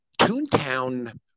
toontown